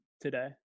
today